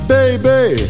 Baby